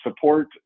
support